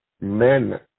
men